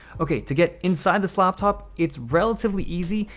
okay to get inside this laptop it's relatively easy.